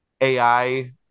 AI